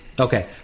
Okay